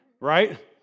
right